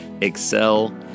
excel